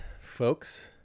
folks